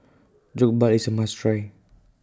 Jokbal IS A must Try